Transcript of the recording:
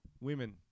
Women